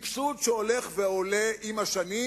סבסוד שהולך וגדל עם השנים,